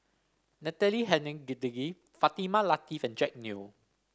Natalie Hennedige Fatimah Lateef and Jack Neo